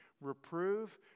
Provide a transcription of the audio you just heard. Reprove